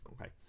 Okay